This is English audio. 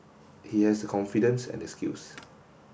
he has the confidence and the skills